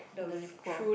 elderly poor